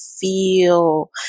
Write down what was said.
feel